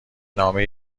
نامه